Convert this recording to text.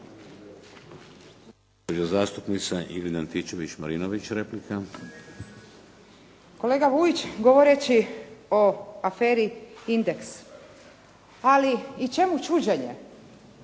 Kolega Vujić govoreći o aferi Indeks ali i čemu čuđenje